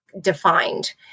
defined